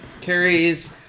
Carries